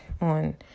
on